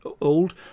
old